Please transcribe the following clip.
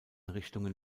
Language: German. richtungen